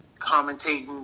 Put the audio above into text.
commentating